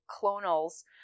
clonals